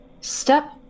step